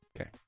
Okay